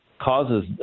causes